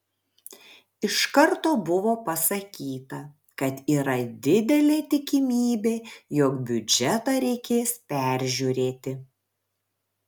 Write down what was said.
iš karto buvo pasakyta kad yra didelė tikimybė jog biudžetą reikės peržiūrėti